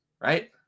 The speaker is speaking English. right